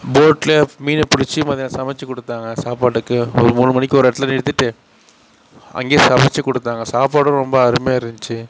போட்டில் மீனை புடிச்சி மத்தியானம் சமைச்சி கொடுத்தாங்க சாப்பாட்டுக்கு ஒரு மூணு மணிக்கு ஒரு இடத்துல நிறுத்திவிட்டு அங்கேயே சமைச்சிக் கொடுத்தாங்க சாப்பாடும் ரொம்ப அருமையாக இருந்துச்சி